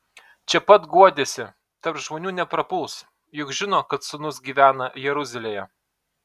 čia pat guodėsi tarp žmonių neprapuls juk žino kad sūnus gyvena jeruzalėje